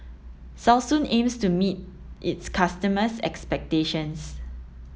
Selsun aims to meet its customers' expectations